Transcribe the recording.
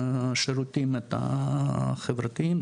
שירותים החברתיים,